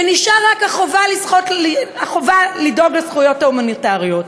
ונשארה רק החובה לדאוג לזכויות ההומניטריות.